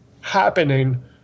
happening